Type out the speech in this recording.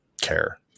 care